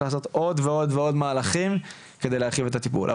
לעשות עוד ועוד מהלכים כדי להרחיב את הטיפול.